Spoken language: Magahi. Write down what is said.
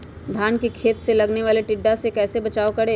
धान के खेत मे लगने वाले टिड्डा से कैसे बचाओ करें?